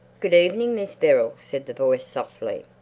good evening, miss beryl, said the voice softly.